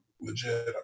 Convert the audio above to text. Legit